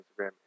Instagram